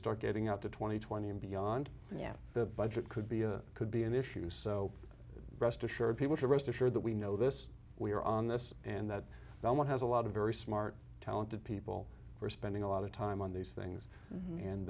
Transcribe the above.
start getting out to two thousand and twenty and beyond yeah the budget could be could be an issue so rest assured people to rest assured that we know this we are on this and that someone has a lot of very smart talented people we're spending a lot of time on these things and